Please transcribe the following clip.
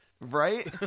right